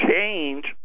change